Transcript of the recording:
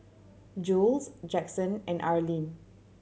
Jules Jaxon and Arlin